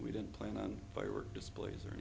we didn't plan on firework displays or